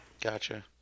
Gotcha